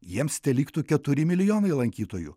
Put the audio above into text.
jiems teliktų keturi milijonai lankytojų